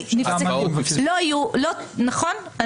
נפסקו, נכון?